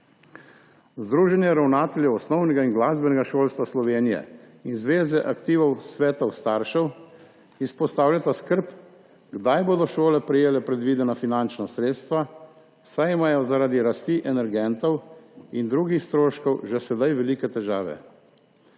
Združenje ravnateljev osnovnega in glasbenega šolstva Slovenije in Zveza aktivov svetov staršev izpostavljata skrb, kdaj bodo šole prejele predvidena finančna sredstva, saj imajo zaradi rasti energentov in drugih stroškov že sedaj velike težave.